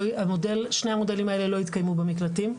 שני המודלים האלה לא יתקיימו במקלטים.